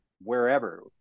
wherever